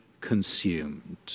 consumed